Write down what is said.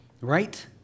Right